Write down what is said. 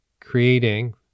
creating